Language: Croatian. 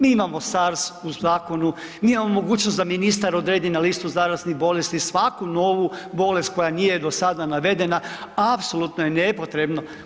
Mi imamo SARS u zakonu, mi imamo mogućnost da ministar odredi na listu zaraznih bolesti svaku novu bolest koja nije do sada navedena, apsolutno je nepotrebno.